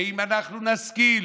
ואם אנחנו נשכיל